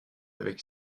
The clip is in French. avec